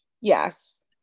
Yes